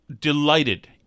delighted